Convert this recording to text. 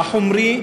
החומרי,